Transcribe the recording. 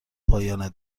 پایان